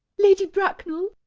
lady bracknell,